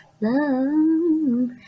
love